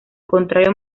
contrario